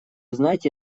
знаете